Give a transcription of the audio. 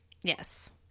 yes